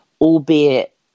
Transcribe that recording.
albeit